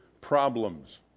problems